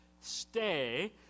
Stay